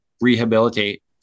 rehabilitate